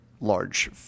large